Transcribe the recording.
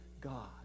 God